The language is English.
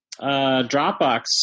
Dropbox